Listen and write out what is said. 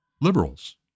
liberals